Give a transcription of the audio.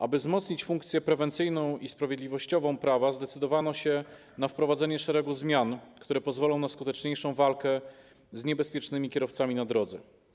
Aby wzmocnić funkcję prewencyjną i sprawiedliwościową prawa, zdecydowano się na wprowadzenie szeregu zmian, które pozwolą na skuteczniejszą walkę z niebezpiecznymi kierowcami na drodze.